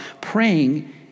praying